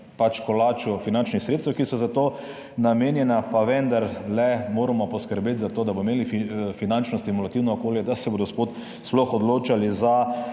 v kolaču finančnih sredstev, ki so za to namenjena, pa vendarle moramo poskrbeti za to, da bomo imeli finančno stimulativno okolje, da se bodo sploh odločali za